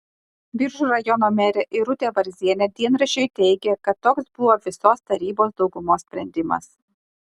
biržų rajono merė irutė varzienė dienraščiui teigė kad toks buvo visos tarybos daugumos sprendimas